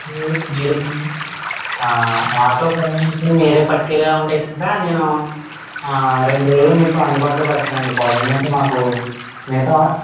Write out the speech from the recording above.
మీరు ఆటో పురమాయించుకొని మీరే పట్టుకెళ్ళేలా ఉంటే కనుక నేను రెండు వేలలో మీకు అందుబాటులో పెడతాను అండి పాలు ఎందుకంటే మాకు మిగతా